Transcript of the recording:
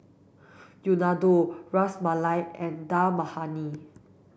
Unadon Ras Malai and Dal Makhani